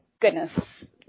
goodness